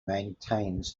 maintains